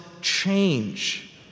change